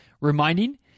reminding